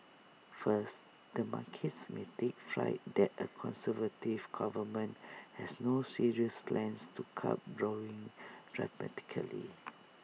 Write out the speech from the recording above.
first the markets may take fright that A conservative government has no serious plans to cut borrowing dramatically